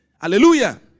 Hallelujah